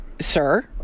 sir